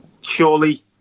surely